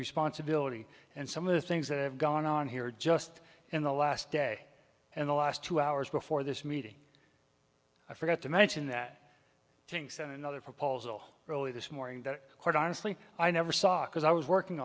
responsibility and some of the things that have gone on here just in the last day and the last two hours before this meeting i forgot to mention that things and another proposal early this morning that quite honestly i never saw because i was working